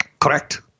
Correct